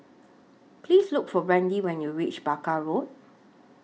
Please Look For Brandy when YOU REACH Barker Road